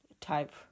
type